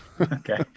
Okay